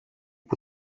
που